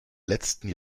letzten